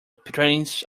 prince